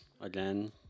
again